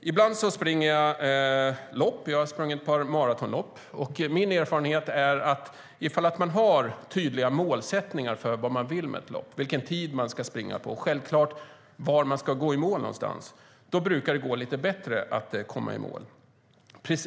Ibland springer jag lopp. Jag har sprungit ett par maratonlopp. Ifall man har tydliga målsättningar för vad man vill med ett lopp, vilken tid man ska springa på och självklart var man ska gå i mål, brukar det gå bättre att komma i mål, är min erfarenhet.